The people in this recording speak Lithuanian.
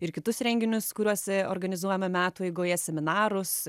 ir kitus renginius kuriuos organizuojame metų eigoje seminarus